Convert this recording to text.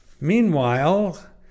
Meanwhile